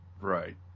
Right